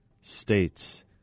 States